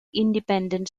independent